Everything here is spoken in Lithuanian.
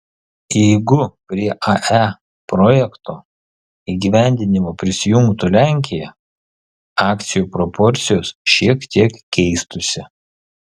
jeigu prie ae projekto įgyvendinimo prisijungtų lenkija akcijų proporcijos šiek tiek keistųsi